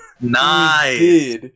Nice